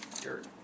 dirt